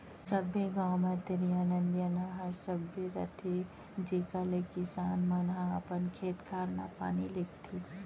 सबे गॉंव म तरिया, नदिया, नहर सबे रथे जेकर ले किसान मन ह अपन खेत खार म पानी लेगथें